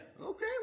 Okay